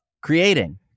creating